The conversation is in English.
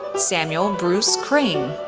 samuel bruce crane,